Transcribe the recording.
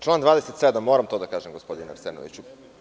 Član 27. moram to da kažem gospodine Arsenoviću.